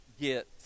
get